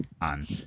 on